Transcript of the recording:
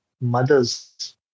mothers